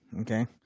Okay